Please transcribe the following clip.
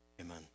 amen